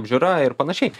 apžiūra ir panašiai